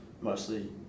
mostly